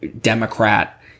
Democrat